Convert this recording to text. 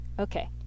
Okay